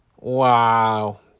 Wow